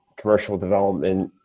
commercial development,